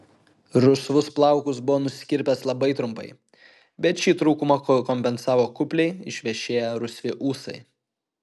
rusvus plaukus buvo nusikirpęs labai trumpai bet šį trūkumą kompensavo kupliai išvešėję rusvi ūsai